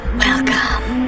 welcome